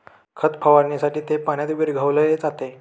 खत फवारणीसाठी ते पाण्यात विरघळविले जाते